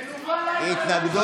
אם כן,